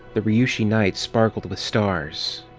the ryushi night sparkled with stars.